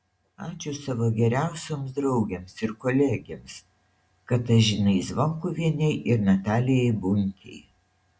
ačiū savo geriausioms draugėms ir kolegėms katažinai zvonkuvienei ir natalijai bunkei